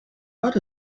what